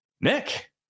Nick